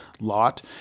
lot